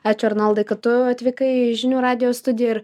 ačiū arnoldai kad tu atvykai į žinių radijo studiją ir